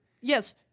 yes